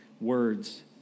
words